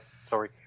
sorry